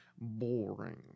Boring